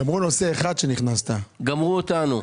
גמרו אותנו.